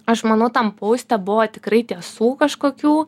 aš manau tam pouste buvo tikrai tiesų kažkokių